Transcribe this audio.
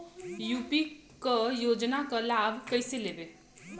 UP क योजना क लाभ कइसे लेब?